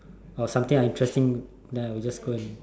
or something interesting then I'll just go and